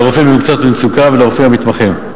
לרופאים במקצועות המצוקה ולרופאים המתמחים.